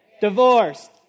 Divorced